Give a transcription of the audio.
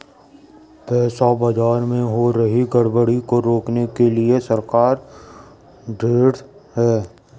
पैसा बाजार में हो रही गड़बड़ी को रोकने के लिए सरकार ढृढ़ है